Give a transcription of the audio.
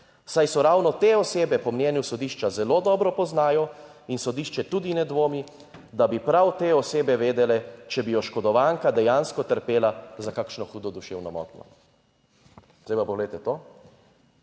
"…saj so ravno te osebe po mnenju sodišča zelo dobro poznajo in sodišče tudi ne dvomi, da bi prav te osebe vedele, če bi oškodovanka dejansko trpela za kakšno hudo duševno motnjo." Zdaj pa poglejte, to